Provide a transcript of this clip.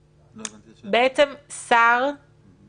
אגב, הוראת שעה בכלל כחוק היא לא דבר טוב.